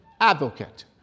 advocate